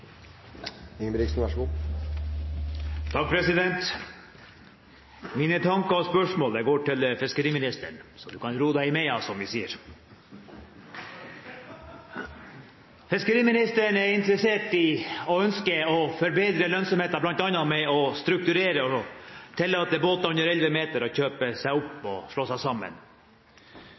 går til fiskeriministeren – så hun kan ro seg i mea, som vi sier. Fiskeriministeren er interessert i og ønsker å forbedre lønnsomheten, bl.a. ved å strukturere og tillate båter under elleve meter å kjøpe seg opp og slå seg sammen.